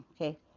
Okay